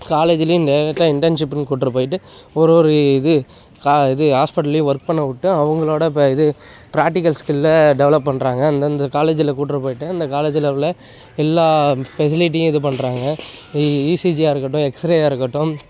காலேஜுலையும் டேரக்டாக இன்டன்ஷிப்புன்னு கூட்டுருப் போயிட்டு ஒரு ஒரு இது க இது ஹாஸ்பிட்டல்லையும் ஒர்க் பண்ண விட்டு அவங்களோட ப இது ப்ராக்ட்டிக்கல் ஸ்கில்லை டெவலப் பண்ணுறாங்க அந்தந்த காலேஜில் கூட்டுருப் போயிவிட்டு அந்த காலேஜில் உள்ள எல்லா ஃபெசிலிட்டியும் இது பண்ணுறாங்க ஈ ஈசிஜியாக இருக்கட்டும் எக்ஸ்ட்ரேயாக இருக்கட்டும்